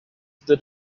that